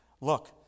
Look